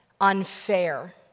unfair